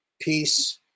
Peace